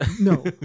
No